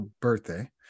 birthday